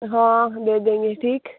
हाँ हम दे देंगे ठीक